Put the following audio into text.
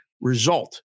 result